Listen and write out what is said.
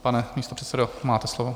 Pane místopředsedo, máte slovo.